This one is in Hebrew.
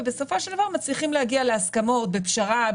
ובסופו של דבר מצליחים להגיע להסכמות בפשרה,